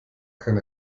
kein